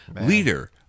leader